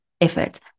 Effort